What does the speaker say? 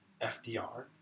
FDR